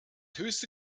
höchste